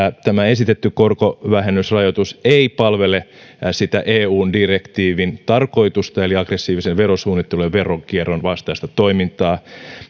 tämä esitetty korkovähennysrajoitus ei palvele eun direktiivin tarkoitusta eli aggressiivisen verosuunnittelun ja veronkierron vastaista toimintaa